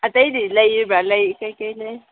ꯑꯇꯩꯗꯤ ꯂꯩꯔꯤꯕ꯭ꯔꯥ ꯂꯩ ꯀꯔꯤ ꯀꯔꯤ ꯂꯩ